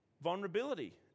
vulnerability